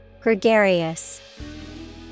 Gregarious